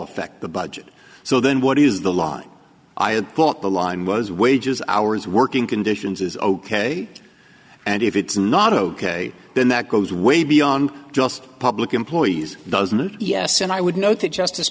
affect the budget so then what is the line i had thought the line was wages hours working conditions is ok and if it's not ok then that goes way beyond just public employees doesn't it yes and i would note that justice